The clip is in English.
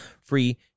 free